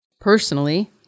Personally